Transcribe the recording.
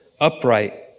upright